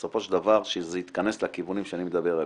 שבסופו של דבר זה יתכנס לכיוונים שאני מדבר עליהם.